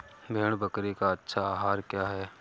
भेड़ बकरी का अच्छा आहार क्या है?